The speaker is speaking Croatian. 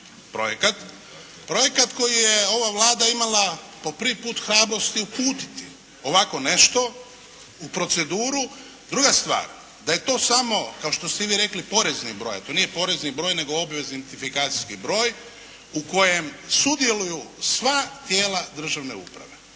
projekat koji je ova Vlada imala po prvi put hrabrosti uputiti ovako nešto u proceduru. Druga stvar, da je to samo kao što ste vi rekli porezni broj a to nije porezni broj nego obvezni identifikacijski broj u kojem sudjeluju sva tijela državne uprave.